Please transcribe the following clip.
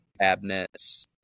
cabinets